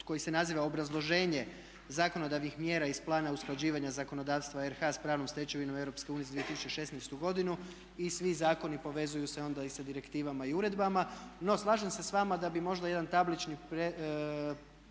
koji se naziva obrazloženje zakonodavnih mjera iz Plana usklađivanja zakonodavstva RH s pravnom stečevinom EU za 2016. godinu i svi zakoni povezuju se onda i sa direktivama i uredbama. No, slažem se sa vama da bi možda jedan tablični prikaz